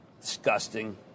disgusting